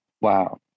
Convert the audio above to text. wow